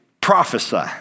prophesy